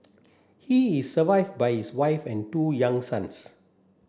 he is survived by his wife and two young sons